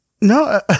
No